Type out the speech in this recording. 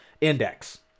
Index